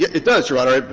it does, your honor.